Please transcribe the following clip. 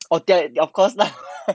oh that of course lah